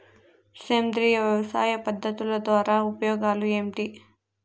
సేంద్రియ వ్యవసాయ పద్ధతుల ద్వారా ఉపయోగాలు ఏంటి?